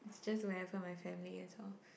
it's just wherever my family is lor